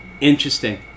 Interesting